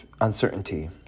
uncertainty